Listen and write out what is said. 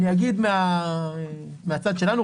אני אגיד מהצד שלנו,